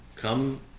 come